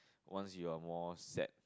once you are more set